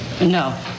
No